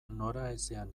noraezean